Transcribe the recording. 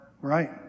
Right